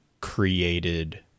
created